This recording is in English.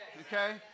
okay